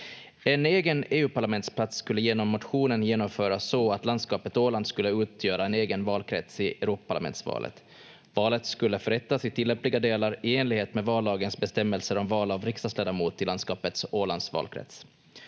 En egen EU-parlamentsplats skulle genom motionen genomföras så att landskapet Åland skulle utgöra en egen valkrets i Europaparlamentsvalet. Valet skulle förrättas i tillämpliga delar i enlighet med vallagens bestämmelser om val av riksdagsledamot i landskapet Ålands valkrets.